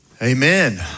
Amen